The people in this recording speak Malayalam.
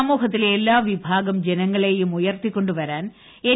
സമൂഹത്തിലെ എല്ലാ വിഭാഗം ജനങ്ങളേയും ഉയർത്തി ക്കൊണ്ടു വരാൻ എൻ